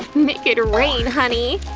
make it rain, honey!